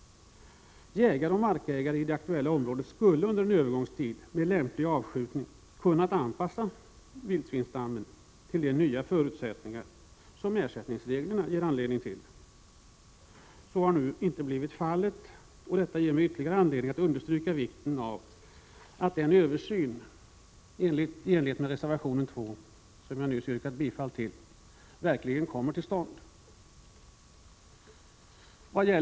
Jägare och markägare i det aktuella området skulle under en övergångstid med lämplig avskjutning kunnat anpassa vildsvinsstammen till de nya förutsättningar som ersättningsreglerna ger upphov till. Så har nu inte blivit fallet. Detta ger mig ytterligare anledning att understryka vikten av att den översyn vi föreslår i reservation 2, till vilken jag nyss yrkade bifall, verkligen kommer till stånd.